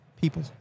people